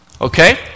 okay